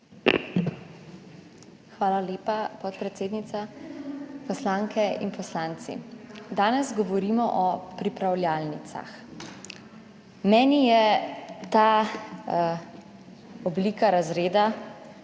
Hvala lepa, podpredsednica. Poslanke in poslanci! Danes govorimo o pripravljalnicah. Meni je ta oblika razreda